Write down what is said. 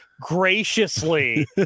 graciously